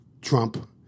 Trump